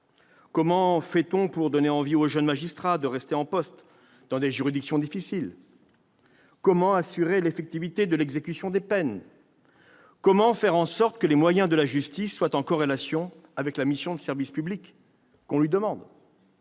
comment fait-on pour donner envie aux jeunes magistrats de rester en poste dans des juridictions difficiles ? Comment assurer l'effectivité de l'exécution des peines ? Comment faire en sorte que les moyens de la justice soient en corrélation avec la mission de service public dont elle